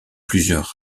plusieurs